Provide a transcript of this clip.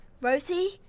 Rosie